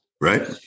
Right